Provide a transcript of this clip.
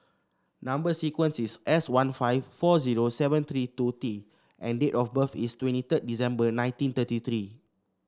number sequence is S one five four zero seven three two T and date of birth is twenty third December nineteen thirty three